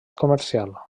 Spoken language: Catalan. comercial